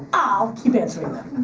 i'll keep answering them.